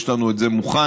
יש לנו את זה מוכן,